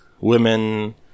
Women